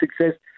success